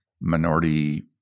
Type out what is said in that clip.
minority